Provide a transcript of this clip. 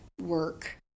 work